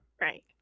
Right